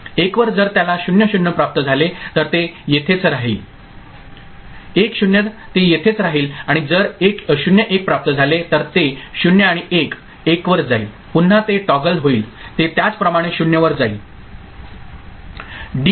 1 वर जर त्याला 0 0 प्राप्त झाले तर ते येथेच राहतील 1 0 ते येथेच राहील आणि जर 0 1 प्राप्त झाले तर ते 0 आणि 1 1 वर जाईल पुन्हा ते टॉगल होईल ते त्याच प्रमाणे 0 वर जाईल